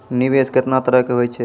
निवेश केतना तरह के होय छै?